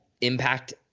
impact